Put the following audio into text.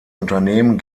unternehmen